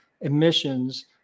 emissions